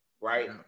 right